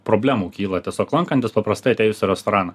problemų kyla tiesiog lankantis paprastai atėjus į restoraną